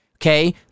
Okay